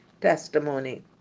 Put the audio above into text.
testimony